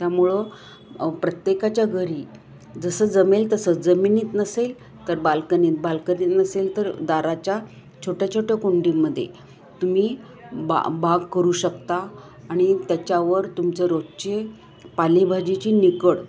त्यामुळं प्रत्येकाच्या घरी जसं जमेल तसं जमिनीत नसेल तर बाल्कनीत बालकनीत नसेल तर दाराच्या छोट्या छोट्या कुंडीमदे तुम्ही बा बाग करू शकता आणि त्याच्यावर तुमचं रोजची पालेभाजीची निकड